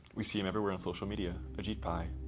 we see him everywhere on social media. ajit pai.